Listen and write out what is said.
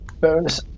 bonus